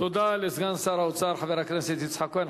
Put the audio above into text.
תודה לסגן שר האוצר, חבר הכנסת יצחק כהן.